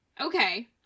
okay